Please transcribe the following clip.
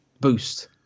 boost